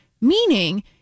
Meaning